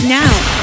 now